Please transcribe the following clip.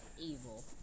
Evil